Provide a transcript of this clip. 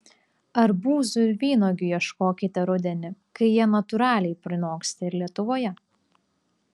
arbūzų ir vynuogių ieškokite rudenį kai jie natūraliai prinoksta ir lietuvoje